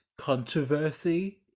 controversy